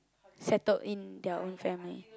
settled in their own family